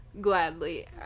gladly